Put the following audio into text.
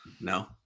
No